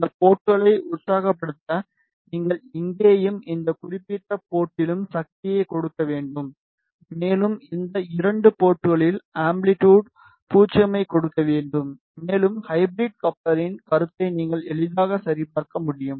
இந்த போர்ட்களை உற்சாகப்படுத்த நீங்கள் இங்கேயும் இந்த குறிப்பிட்ட போர்டிலும் சக்தியைக் கொடுக்க வேண்டும் மேலும் இந்த 2 போர்ட்களில் அம்பிலிட்டுட் 0 ஐக் கொடுக்க வேண்டும் மேலும் ஹைபிரிட் கப்ளரின் கருத்தை நீங்கள் எளிதாக சரிபார்க்க முடியும்